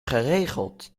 geregeld